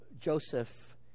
Joseph